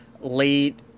late